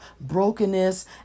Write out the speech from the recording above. brokenness